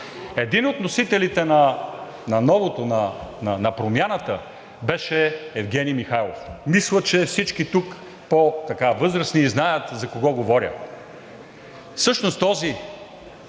Един от носителите на новото, на промяната беше Евгени Михайлов. Мисля, че всички тук по-възрастни знаят за кого говоря. Всъщност този